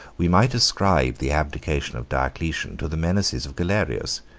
we might ascribe the abdication of diocletian to the menaces of galerius,